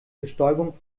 bestäubung